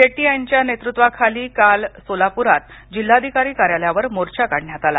शेट्टी यांच्या नेतृत्वाखाली काल सोलापूरात जिल्हाधिकारी कार्यालयावर मोर्चा काढण्यात आला